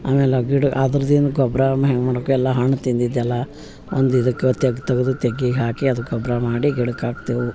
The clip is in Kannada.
ಆಮೇಲೆ ಆ ಗಿಡ ಅದ್ರದ್ದೇನು ಗೊಬ್ರವನ್ನು ಹೆಂಗೆ ಮಾಡಬೇಕು ಎಲ್ಲ ಹಣ್ಣು ತಿಂದಿದ್ದು ಎಲ್ಲ ಒಂದು ಇದಕ್ಕೆ ತೆಗ್ಗು ತೆಗೆ ತೆಗ್ಗಿಗೆ ಹಾಕಿ ಅದು ಗೊಬ್ಬರ ಮಾಡಿ ಗಿಡಕ್ಕೆ ಹಾಕ್ತೇವೆ